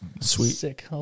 Sweet